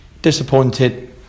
disappointed